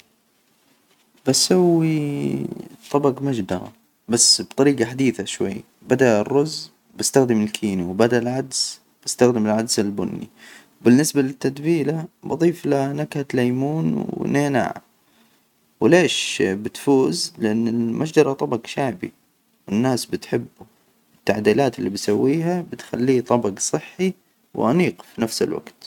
بسوي طبق مجدرة بس بطريجة حديثة شوي. بدل الرز، بستخدم الكيني وبدل العدس، بستخدم العدس البني. وبالنسبة للتتبيلة بضيفلها نكهة ليمون ونعناع. وليش بتفوز؟ لأن المجدرة طبج شعبي؟ الناس بتحبه، التعديلات إللي بسويها بتخليه طبج صحي وأنيق في نفس الوجت.